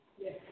Yes